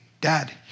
Dad